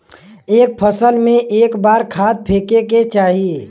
एक फसल में क बार खाद फेके के चाही?